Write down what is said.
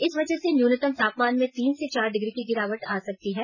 इस वजह से न्यूनतम तापमान में तीन से चार डिग्री की गिरावट आ सकती है